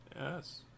Yes